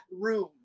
room